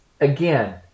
again